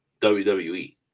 WWE